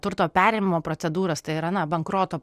turto perėmimo procedūras tai yra na bankroto